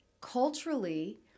culturally